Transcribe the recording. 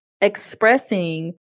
expressing